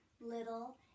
little